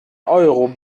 euro